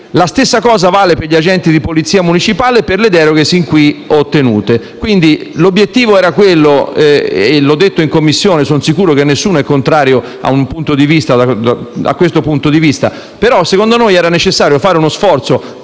La stessa cosa vale per gli agenti di polizia municipale e per le deroghe fin qui ottenute. Quindi l'obiettivo era quello. L'ho detto in Commissione e sono sicuro che nessuno sia contrario a questo punto di vista, però secondo noi era necessario fare uno sforzo,